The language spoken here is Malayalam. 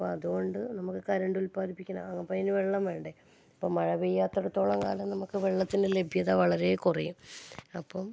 അപ്പം അതുകൊണ്ട് നമുക്ക് കറണ്ട് ഉല്പാദിപ്പിക്കാൻ അപ്പോൾ അതിന് വെള്ളം വേണ്ടേ അപ്പോൾ മഴ പെയ്യാത്തിടത്തോളം കാലം നമുക്ക് വെള്ളത്തിൻ്റെ ലഭ്യത വളരെ കുറയും അപ്പോൾ